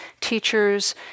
teachers